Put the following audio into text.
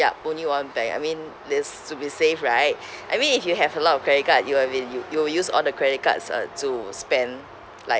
yup only one bank I mean less to be safe right I mean if you have a lot of credit card you will been you you will use all the credit cards uh to spend like